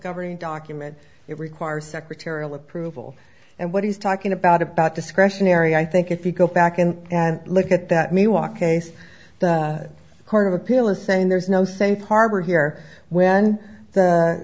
governing document it requires secretarial approval and what he's talking about about discretionary i think if you go back in and look at that me walk a court of appeal is saying there's no same harbor here when